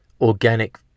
organic